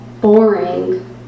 boring